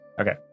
Okay